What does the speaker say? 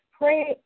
pray